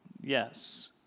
Yes